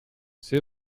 c’est